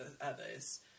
others